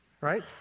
right